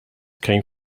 came